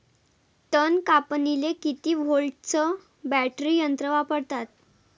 तन कापनीले किती व्होल्टचं बॅटरी यंत्र वापरतात?